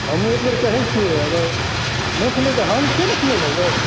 हमहूँ एकबेर कहैत छियै अगर नहि सुनतै तऽ हम छियै ने सुनै लऽ यौ